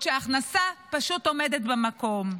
בעוד שההכנסה פשוט עומדת במקום.